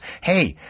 hey